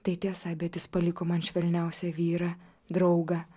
tai tiesa bet jis paliko man švelniausią vyrą draugą